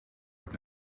het